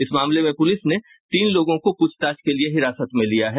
इस मामले में पुलिस ने तीन लोगों को पूछताछ के लिये हिरासत में लिया है